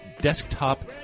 desktop